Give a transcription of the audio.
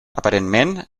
aparentment